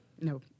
no